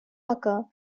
occur